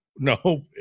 no